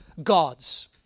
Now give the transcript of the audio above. gods